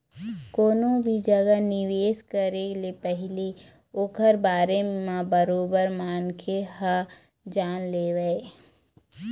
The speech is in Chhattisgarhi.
कोनो भी जघा निवेश करे ले पहिली ओखर बारे म बरोबर मनखे ह जान लेवय